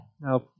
now